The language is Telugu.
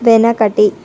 వెనకటి